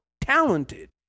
talented